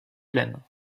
plaine